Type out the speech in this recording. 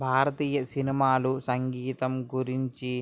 భారతీయ సినిమాలు సంగీతం గురించి